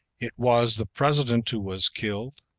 it was the president who was killed.